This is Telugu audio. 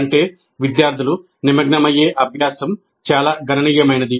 అంటే విద్యార్థులు నిమగ్నమయ్యే అభ్యాసం చాలా గణనీయమైనది